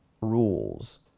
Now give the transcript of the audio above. rules